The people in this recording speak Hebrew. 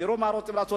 תראו מה רוצים לעשות,